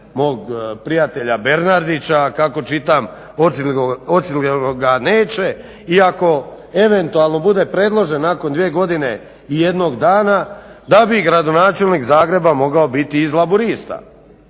mog prijatelja Bernardića kako čitam, … neće i ako eventualno bude predložen nakon 2 godine i 1 dana da bi gradonačelnik Zagreba mogao biti iz Laburista,